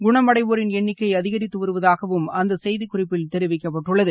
குண்டைவோரின் எண்ணிக்கை அதிகரித்து வருவதாகவும் அந்த செய்திக்குறிப்பில் தெரிவிக்கப்பட்டுள்ளது